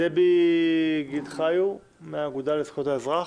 דבי גילד חיו מהאגודה לזכויות האזרח,